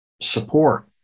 support